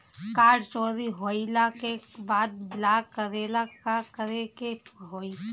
Card चोरी होइला के बाद ब्लॉक करेला का करे के होई?